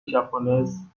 japonaise